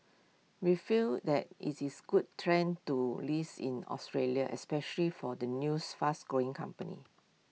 we feel that is this good trend to list in Australia especially for the news fast growing company